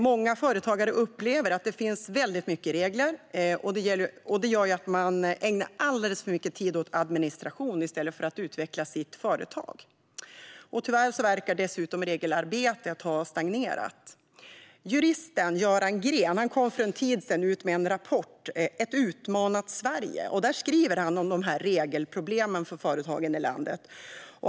Många företagare upplever att det finns väldigt många regler, och det gör att de ägnar alldeles för mycket tid åt administration i stället för att utveckla sitt företag. Tyvärr verkar dessutom regelarbetet ha stagnerat. Juristen Göran Grén kom för en tid sedan ut med rapporten Ett utmanat Sverige , där han skriver om regelproblemen för företagen i landet.